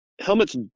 Helmets